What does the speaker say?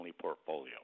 portfolio